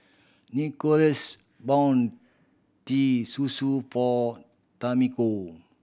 Nicholas bought Teh Susu for Tamiko